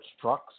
trucks